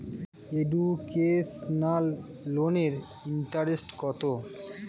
Educational লোনের interest কত?